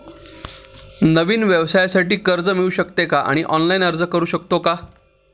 नवीन व्यवसायासाठी कर्ज मिळू शकते का आणि ऑनलाइन अर्ज करू शकतो का?